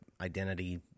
identity